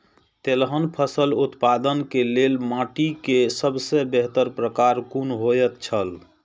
तेलहन फसल उत्पादन के लेल माटी के सबसे बेहतर प्रकार कुन होएत छल?